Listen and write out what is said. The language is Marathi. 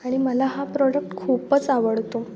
आणि मला हा प्रॉडक्ट खूपच आवडतो